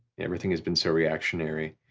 everything has been so reactionary.